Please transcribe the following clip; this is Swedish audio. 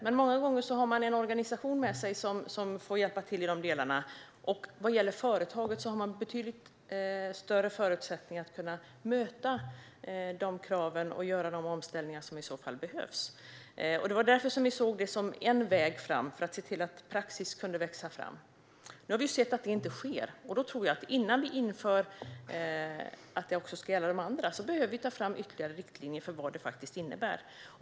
Men många gånger har man en organisation med sig som får hjälpa till i de delarna, och vad gäller företaget har man betydligt större förutsättningar att möta kraven och göra de omställningar som i så fall behövs. Det var därför vi såg det som en väg framåt för att se till att praxis kunde växa fram. Nu har vi sett att det inte sker, och då tror jag att innan vi inför att det ska gälla också de andra företagen behöver vi ta fram ytterligare riktlinjer för vad det faktiskt innebär.